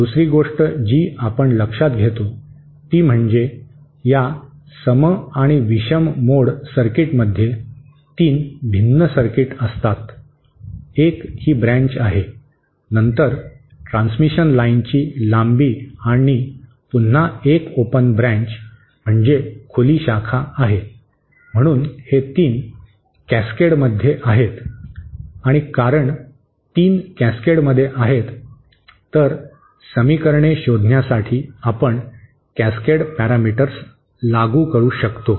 दुसरी गोष्ट जी आपण लक्षात घेतो ती म्हणजे या सम आणि विषम मोड सर्किटमध्ये 3 भिन्न सर्किट असतात एक ही ब्रँच आहे नंतर ट्रान्समिशन लाइनची लांबी आणि पुन्हा एक ओपन ब्रँच म्हणजे खुली शाखा आहे म्हणून हे 3 कॅस्केडमध्ये आहेत आणि कारण 3 कॅस्केड मध्ये आहेत तर समीकरणे शोधण्यासाठी आपण कॅस्केड पॅरामीटर्स लागू करू शकतो